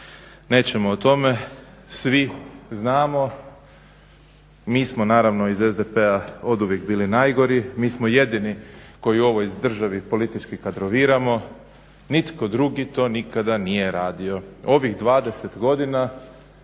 Nećemo o tome. Svi znamo. Mi smo naravno iz SDP-a oduvijek bili najgori, mi smo jedini koji u ovoj državi politički kadroviramo. Nitko drugi to nikada nije radio. Ovih 20 godina